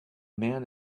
man